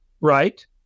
right